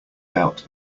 doubt